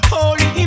Holy